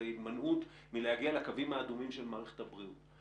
הימנעות מלהגיע לקווים האדומים של מערכת הבריאות,